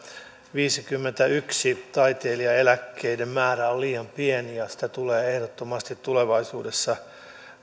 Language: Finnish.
viisikymmentäyksi taiteilijaeläkkeiden määrä on liian pieni ja sitä tulee ehdottomasti tulevaisuudessa